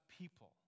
people